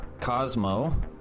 Cosmo